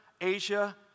Asia